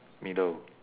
middle